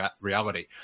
reality